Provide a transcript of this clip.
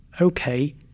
Okay